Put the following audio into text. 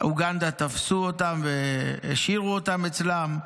באוגנדה תפסו אותם והשאירו אותם אצלם.